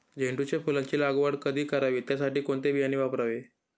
झेंडूच्या फुलांची लागवड कधी करावी? त्यासाठी कोणते बियाणे वापरावे?